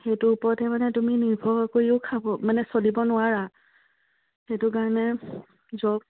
সেইটোৰ ওপৰহে মানে তুমি নিৰ্ভৰ কৰিও খাব মানে চলিব নোৱাৰা সেইটো কাৰণে জব